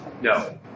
no